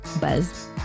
Buzz